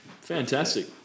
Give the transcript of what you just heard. Fantastic